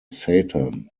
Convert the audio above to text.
satan